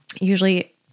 usually